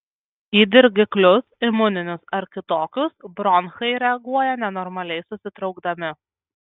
į dirgiklius imuninius ar kitokius bronchai reaguoja nenormaliai susitraukdami